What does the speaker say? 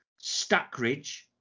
Stackridge